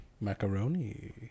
Macaroni